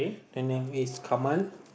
the name is Kamal